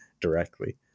directly